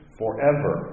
forever